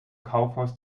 kaufhaus